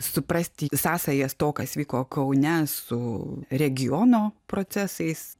suprasti sąsajas to kas vyko kaune su regiono procesais